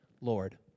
Lord